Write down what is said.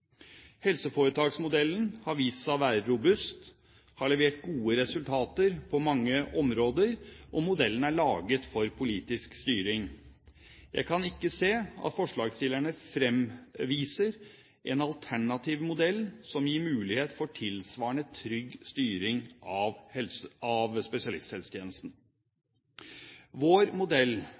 Helseforetaksmodellen har vist seg å være robust, har levert gode resultater på mange områder, og modellen er laget for politisk styring. Jeg kan ikke se at forslagsstillerne fremviser en alternativ modell som gir mulighet for tilsvarende trygg styring av spesialisthelsetjenesten. Vår modell